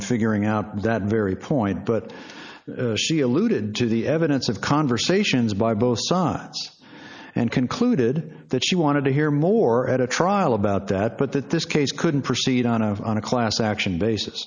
in figuring out that very point but she alluded to the evidence of conversations by both sides and concluded that she wanted to hear more at a trial about that but that this case couldn't proceed on a on a class action bas